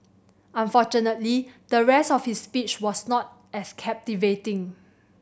unfortunately the rest of his speech was not as captivating